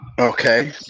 Okay